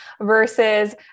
versus